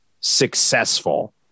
successful